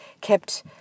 kept